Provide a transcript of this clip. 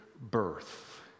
birth